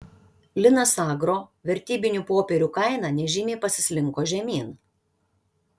linas agro vertybinių popierių kaina nežymiai pasislinko žemyn